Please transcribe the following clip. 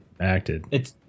acted